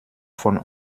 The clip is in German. von